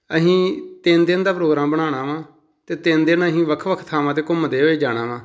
ਅਸੀਂ ਤਿੰਨ ਦਿਨ ਦਾ ਪ੍ਰੋਗਰਾਮ ਬਣਾਉਣਾ ਵਾਂ ਅਤੇ ਤਿੰਨ ਦਿਨ ਅਸੀਂ ਵੱਖ ਵੱਖ ਥਾਵਾਂ 'ਤੇ ਘੁੰਮਦੇ ਹੋਏ ਜਾਣਾ ਵਾਂ